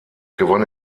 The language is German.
gewann